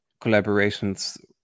collaborations